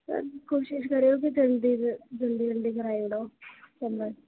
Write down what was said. कोशिश करेओ कि जल्दी च जल्दी जल्दी कराई ओड़ो सबमिट